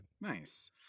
Nice